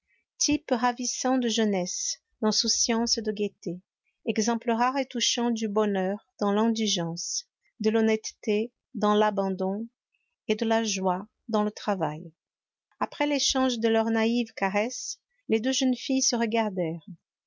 type ravissant de jeunesse d'insouciance et de gaieté exemple rare et touchant du bonheur dans l'indigence de l'honnêteté dans l'abandon et de la joie dans le travail après l'échange de leurs naïves caresses les deux jeunes filles se regardèrent